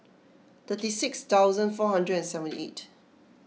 thirty six thousand four hundred and seventy eight